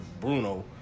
Bruno